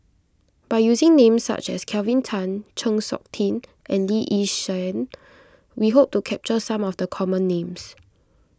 by using names such as Kelvin Tan Chng Seok Tin and Lee Yi Shyan we hope to capture some of the common names